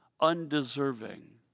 undeserving